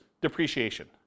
depreciation